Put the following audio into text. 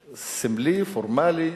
סמלי, פורמלי,